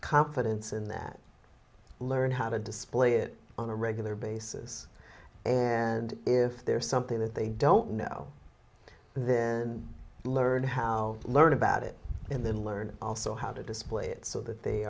confidence in that learn how to display it on a regular basis and if there's something that they don't know then learn how to learn about it and then learn also how to display it so that they